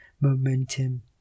momentum